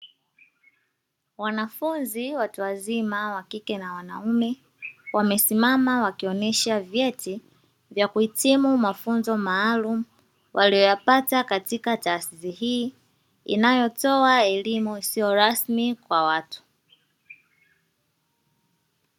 Wanafunzi watu wazima, wakike na wanaume, wamesimama wakionesha vyeti vya kuhitimu mafunzo maalumu, walioyapata katika taasisi hii, inayotoa elimu isiyo rasmi kwa watu.